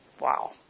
Wow